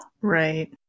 Right